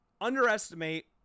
underestimate